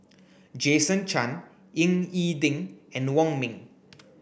Jason Chan Ying E Ding and Wong Ming